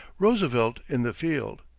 roosevelt in the field.